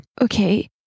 okay